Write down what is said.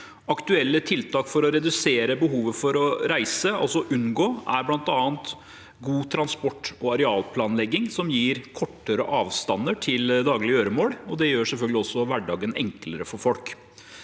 Aktuelle tiltak for å redusere behovet for å reise, altså «unngå», er bl.a. god transport- og arealplanlegging som gir kortere avstander til daglige gjøremål. Det gjør selvfølgelig også hverdagen enklere for folk.